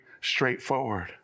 straightforward